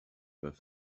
with